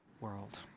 world